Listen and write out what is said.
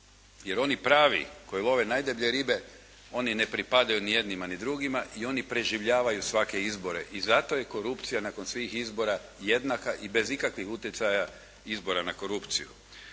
jer oni pravi koji love najdeblje ribe, oni ne pripadaju ni jednima, ni drugima i oni preživljavaju svake izbore i zato je korupcija nakon svih izbora jednaka i bez ikakvih utjecaja izbora na korupciju.